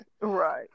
Right